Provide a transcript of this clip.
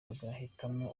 bagahitamo